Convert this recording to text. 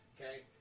Okay